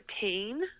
pain